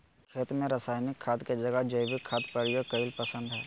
खेत में रासायनिक खाद के जगह जैविक खाद प्रयोग कईल पसंद हई